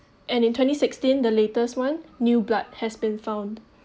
and in twenty sixteen the latest one new blood has been found